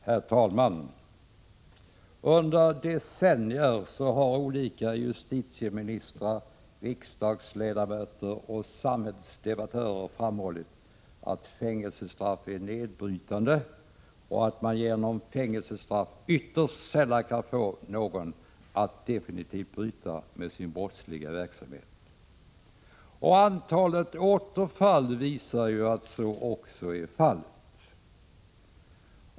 Herr talman! Under decennier har olika justitieministrar, riksdagsledamöter och samhällsdebattörer framhållit att fängelsestraff är nedbrytande och att man genom fängelsestraff ytterst sällan får någon att definitivt bryta med sin brottsliga verksamhet. Antalet återfall visar också att så är fallet.